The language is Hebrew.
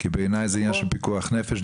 כי בעיניי זה ענין של פיקוח נפש,